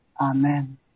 Amen